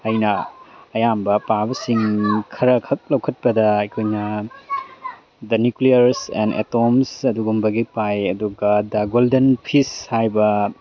ꯑꯩꯅ ꯑꯌꯥꯝꯕ ꯄꯥꯕꯁꯤꯡ ꯈꯔꯈꯛ ꯂꯧꯈꯠꯄꯗ ꯑꯩꯈꯣꯏꯅ ꯗ ꯅ꯭ꯌꯨꯀ꯭ꯂꯤꯌꯔꯁ ꯑꯦꯟ ꯑꯦꯇꯣꯝꯁ ꯑꯗꯨꯒꯨꯝꯕꯒꯤ ꯄꯥꯏ ꯑꯗꯨꯒ ꯗ ꯒꯣꯜꯗꯟ ꯐꯤꯁ ꯍꯥꯏꯕ